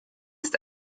ist